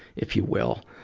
if you will.